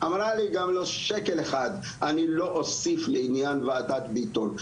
אמרה לי שקל אחד אני לא אוסיף לעניין וועדת ביטון,